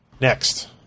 Next